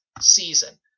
season